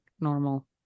normal